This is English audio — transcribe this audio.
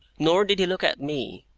nor did he look at me,